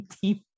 team